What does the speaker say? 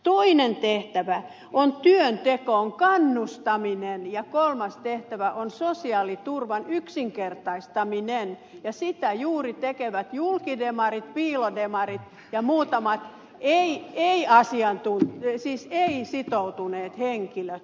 toinen tehtävä on työntekoon kannustaminen ja kolmas tehtävä on sosiaaliturvan yksinkertaistaminen ja sitä juuri tekevät julkidemarit piilodemarit ja muutamat ei sitoutuneet henkilöt